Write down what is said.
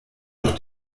doch